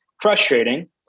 frustrating